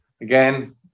again